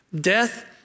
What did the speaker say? death